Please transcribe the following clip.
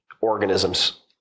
organisms